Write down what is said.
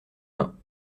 mains